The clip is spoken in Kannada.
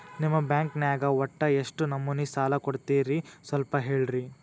ನಿಮ್ಮ ಬ್ಯಾಂಕ್ ನ್ಯಾಗ ಒಟ್ಟ ಎಷ್ಟು ನಮೂನಿ ಸಾಲ ಕೊಡ್ತೇರಿ ಸ್ವಲ್ಪ ಹೇಳ್ರಿ